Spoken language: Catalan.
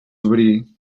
obrir